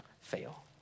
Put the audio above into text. fail